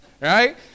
right